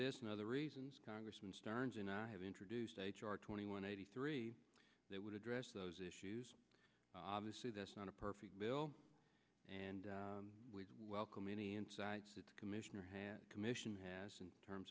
this and other reasons congressman stearns and i have introduced h r twenty one eighty three that would address those issues obviously that's not a perfect bill and we welcome any insights that commissioner has commission has in terms